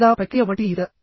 లేదా ప్రక్రియ వంటి ఇతర